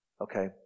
okay